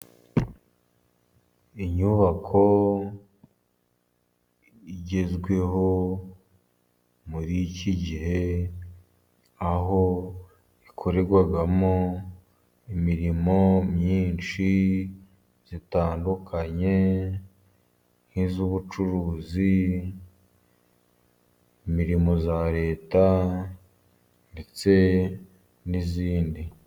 Inyubako igezweho muri iki gihe aho ikorerwamo imirimo myinshi itandukanye nk'iy'ubucuruzi, imirimo ya Leta ndetse n'iyindi.